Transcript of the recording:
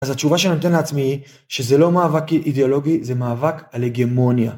אז התשובה שאני נותן לעצמי היא שזה לא מאבק אידיאולוגי, זה מאבק על הגמוניה.